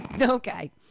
Okay